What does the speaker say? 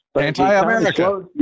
Anti-America